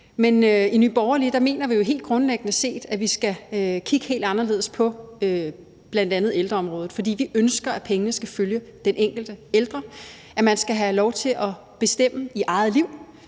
Men i Nye Borgerlige mener vi jo helt grundlæggende, at vi skal kigge helt anderledes på bl.a. ældreområdet, fordi vi ønsker, at pengene skal følge den enkelte ældre. Man skal have lov til at bestemme i eget liv,